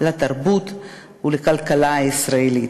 לתרבות ולכלכלה הישראלית.